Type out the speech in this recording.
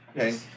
okay